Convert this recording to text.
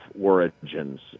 origins